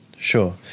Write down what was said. Sure